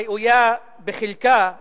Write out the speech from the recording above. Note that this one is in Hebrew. ראויה, בחלקה לפחות,